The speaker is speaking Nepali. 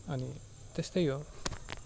अनि त्यस्तै हो